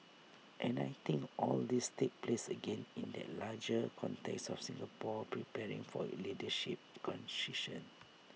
and I think all this takes place again in that larger context of Singapore preparing for leadership